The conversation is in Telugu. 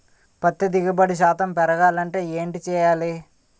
పత్తి దిగుబడి శాతం పెరగాలంటే ఏంటి చేయాలి?